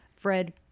Fred